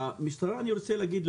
למשטרה אני רוצה להגיד,